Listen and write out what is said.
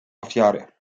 ofiary